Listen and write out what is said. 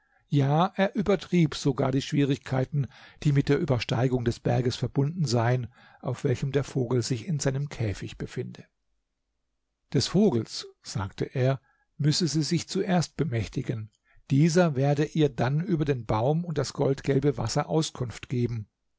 ja er übertrieb sogar die schwierigkeiten die mit der übersteigung des berges verbunden seien auf welchem der vogel sich in seinem käfig befinde des vogels sagte er müsse sie sich zuerst bemächtigen dieser werde ihr dann über den baum und das goldgelbe wasser auskunft geben